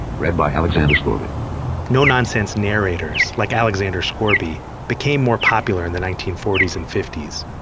read by alexander scourby no nonsense narrators, like alexander scourby, became more popular in the nineteen forty s and fifty s.